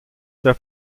der